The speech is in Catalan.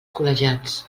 col·legiats